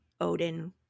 Odin